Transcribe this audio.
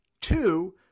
Two